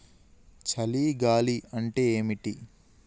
చలి గాలి అంటే ఏమిటి?